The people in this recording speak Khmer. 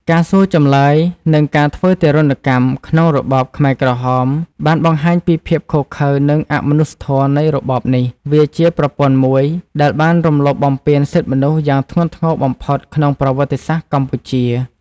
ការសួរចម្លើយនិងការធ្វើទារុណកម្មក្នុងរបបខ្មែរក្រហមបានបង្ហាញពីភាពឃោរឃៅនិងអមនុស្សធម៌នៃរបបនេះ។ វាជាប្រព័ន្ធមួយដែលបានរំលោភបំពានសិទ្ធិមនុស្សយ៉ាងធ្ងន់ធ្ងរបំផុតក្នុងប្រវត្តិសាស្ត្រកម្ពុជា។